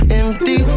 empty